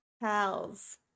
pals